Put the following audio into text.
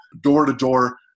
door-to-door